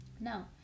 Now